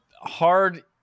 hard